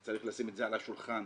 וצריך לשים את זה על השולחן.